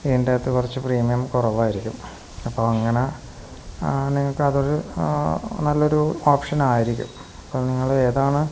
ഇതിന്റെയകത്തു കുറച്ച് പ്രീമിയം കുറവായിരിക്കും അപ്പോള് അങ്ങനെ നിങ്ങള്ക്കതൊരു നല്ലൊരു ഓപ്ഷൻ ആയിരിക്കും അപ്പോള് നിങ്ങള് ഏതാണ്